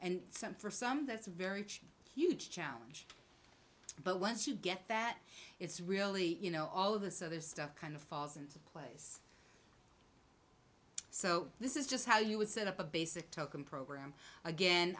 and some for some that's a very huge challenge but once you get that it's really you know all of this other stuff kind of falls into place so this is just how you would set up a basic tocome program again